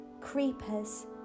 creepers